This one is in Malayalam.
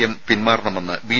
എം പിന്മാറണമെന്ന് ബി